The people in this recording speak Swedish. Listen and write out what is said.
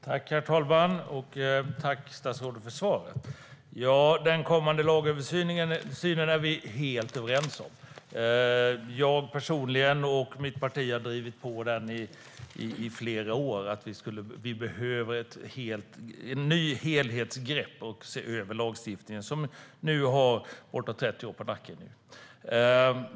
Herr talman! Tack, statsrådet, för svaret! Den kommande lagöversynen är vi helt överens om. Jag personligen och mitt parti har i flera år drivit på att vi behöver ett nytt helhetsgrepp och behöver se över lagstiftningen, som nu har bortåt 30 år på nacken.